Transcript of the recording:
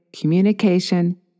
communication